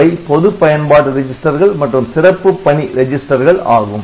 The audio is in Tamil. அவை பொதுப் பயன்பாட்டு ரெஜிஸ்டர்கள் மற்றும் சிறப்பு பணி ரிஜிஸ்டர்கள் ஆகும்